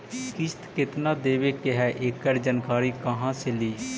किस्त केत्ना देबे के है एकड़ जानकारी कहा से ली?